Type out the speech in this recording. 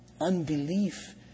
unbelief